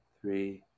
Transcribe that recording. three